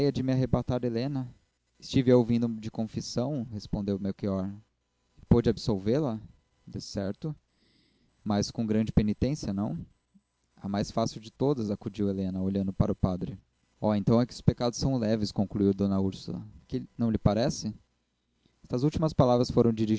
me arrebatar helena estive a ouvindo de confissão respondeu melchior e pôde absolvê la decerto mas com grande penitência não a mais fácil de todas acudiu helena olhando para o padre oh então é que os pecados são leves concluiu d úrsula não lhe parece estas últimas palavras foram